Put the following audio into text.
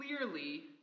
clearly